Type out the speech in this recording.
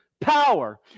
power